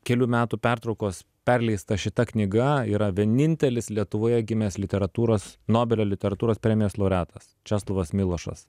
kelių metų pertraukos perleista šita knyga yra vienintelis lietuvoje gimęs literatūros nobelio literatūros premijos laureatas česlovas milošas